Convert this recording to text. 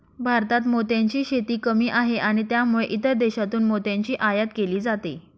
भारतात मोत्यांची शेती कमी आहे आणि त्यामुळे इतर देशांतून मोत्यांची आयात केली जाते